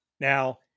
Now